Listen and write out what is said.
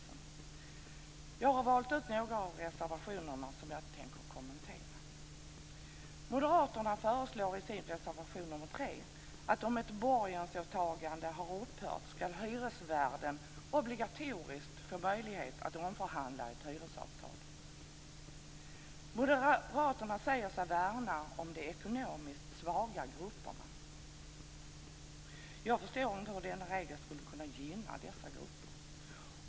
Jag har valt ut några av reservationerna som jag tänker kommentera. Moderaterna föreslår i sin reservation nr 3 att om ett borgensåtagande har upphört skall hyresvärden obligatoriskt få möjlighet att omförhandla ett hyresavtal. Moderaterna säger sig värna om de ekonomiskt svaga grupperna. Jag förstår inte hur denna regel skulle kunna gynna dessa grupper.